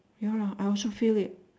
ya lah I also feel it